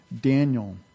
Daniel